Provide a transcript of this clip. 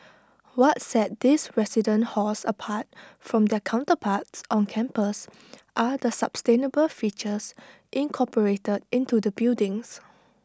what set these residential halls apart from their counterparts on campus are the sustainable features incorporated into the buildings